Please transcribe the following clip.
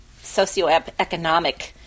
socioeconomic